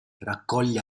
raccoglie